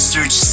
Search